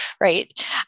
right